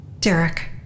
Derek